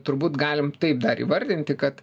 turbūt galim taip dar įvardinti kad